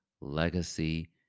legacy